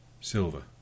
Silver